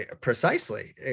precisely